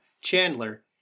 Chandler